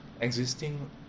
existing